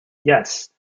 yes